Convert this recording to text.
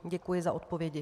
Děkuji za odpovědi.